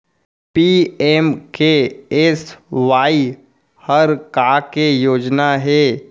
PMKSY हर का के योजना हे?